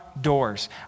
doors